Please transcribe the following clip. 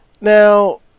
Now